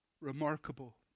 remarkable